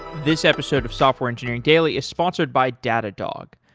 this episode of software engineering daily is sponsored by datadog.